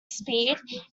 speed